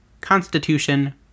Constitution